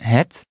Het